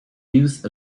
youth